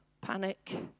panic